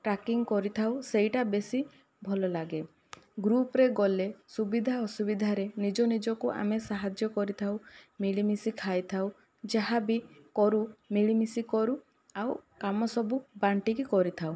trekking କରିଥାଉ ସେଇଟା ବେଶି ଭଲଲାଗେ ଗ୍ରୁପ୍ରେ ଗଲେ ସୁବିଧା ଅସୁବିଧାରେ ନିଜନିଜକୁ ଆମେ ସାହାଯ୍ୟ କରିଥାଉ ମିଳିମିଶି ଖାଇଥାଉ ଯାହାବି କରୁ ମିଳିମିଶି କରୁ ଆଉ କାମ ସବୁ ବାଣ୍ଟିକି କରିଥାଉ